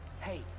Hey